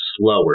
slower